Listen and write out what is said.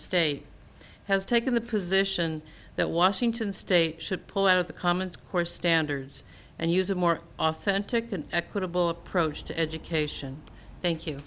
state has taken the position that washington state should pull out of the common core standards and use a more authentic and equitable approach to education thank you